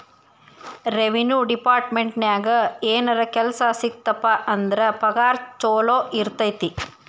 revenue ಡೆಪಾರ್ಟ್ಮೆಂಟ್ನ್ಯಾಗ ಏನರ ಕೆಲ್ಸ ಸಿಕ್ತಪ ಅಂದ್ರ ಪಗಾರ ಚೊಲೋ ಇರತೈತಿ